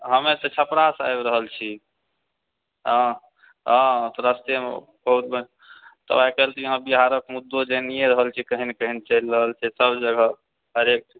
हम्मे तऽ छपरासँ आबि रहल छी हँ हँ रस्तेमे बहुत बेर तऽ आइकाल्हि तऽ यहाँ बिहारक मुद्दो जानिये रहल छी केहन केहन चलि रहल छै सब जगह हरेक